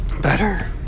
better